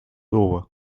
over